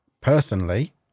personally